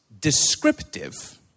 descriptive